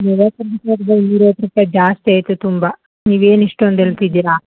ಮೂವತ್ತು ಮೂರದಾ ಇನ್ನೂರ ಐವತ್ತು ರೂಪಾಯಿ ಜಾಸ್ತಿ ಆಯಿತು ತುಂಬಾ ನೀವೇನು ಇಷ್ಟೊಂದು ಹೇಳ್ತಿದ್ದೀರಾ